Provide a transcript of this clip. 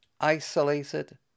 isolated